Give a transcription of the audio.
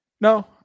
No